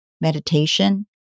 meditation